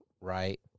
right